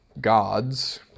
gods